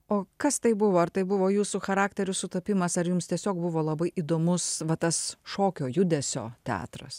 o kas tai buvo ar tai buvo jūsų charakterių sutapimas ar jums tiesiog buvo labai įdomus va tas šokio judesio teatras